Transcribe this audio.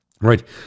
right